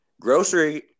Grocery